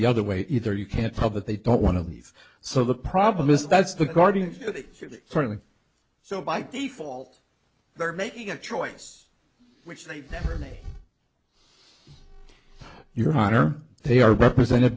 the other way either you can't public they don't want to leave so the problem is that's the guardians certainly so by default they're making a choice which they never name your honor they are represented